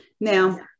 now